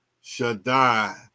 Shaddai